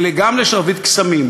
זה גם ל"שרביט קסמים",